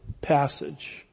passage